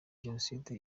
jenoside